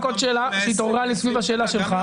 עוד שאלה שהתעוררה סביב השאלה שלך.